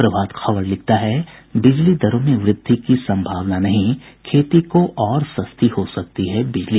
प्रभात खबर लिखता है बिजली दरों में वृद्धि की सम्भावना नहीं खेती को और सस्ती हो सकती है बिजली